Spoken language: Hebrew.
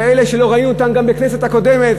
כאלה שלא ראינו אותם גם בכנסת הקודמת,